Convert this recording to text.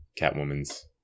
Catwoman's